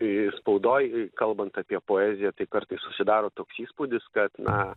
ir spaudoj kalbant apie poeziją tai kartais susidaro toks įspūdis kad na